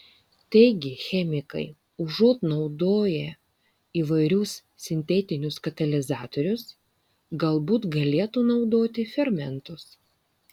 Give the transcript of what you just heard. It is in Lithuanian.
taigi chemikai užuot naudoję įvairius sintetinius katalizatorius galbūt galėtų naudoti fermentus